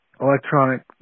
electronic